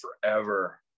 forever